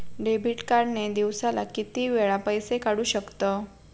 Debit card ने दिवसाला किती वेळा पैसे काढू शकतव?